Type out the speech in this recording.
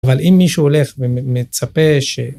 אבל אם מישהו הולך ומצפה ש...